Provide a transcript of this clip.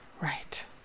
Right